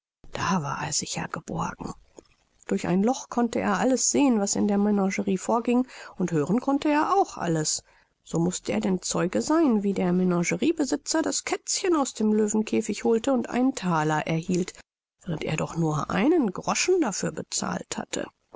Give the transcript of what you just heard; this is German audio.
da war er sicher geborgen durch ein loch konnte er alles sehen was in der menagerie vorging und hören konnte er auch alles so mußte er denn zeuge sein wie der menageriebesitzer das kätzchen aus dem löwenkäfig holte und einen thaler erhielt während er doch nur einen groschen dafür bezahlt hatte